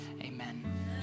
Amen